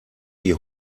die